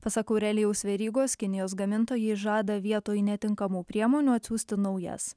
pasak aurelijaus verygos kinijos gamintojai žada vietoj netinkamų priemonių atsiųsti naujas